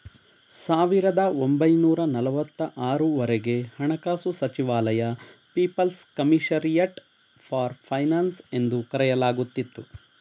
ಸಾವಿರದ ಒಂಬೈನೂರ ನಲವತ್ತು ಆರು ವರೆಗೆ ಹಣಕಾಸು ಸಚಿವಾಲಯ ಪೀಪಲ್ಸ್ ಕಮಿಷರಿಯಟ್ ಫಾರ್ ಫೈನಾನ್ಸ್ ಎಂದು ಕರೆಯಲಾಗುತ್ತಿತ್ತು